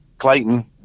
Clayton